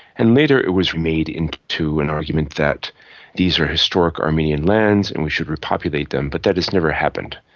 and later it was made into an argument that these are historic armenian lands and we should repopulate them. but that has never happened.